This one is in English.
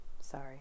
sorry